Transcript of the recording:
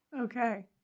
Okay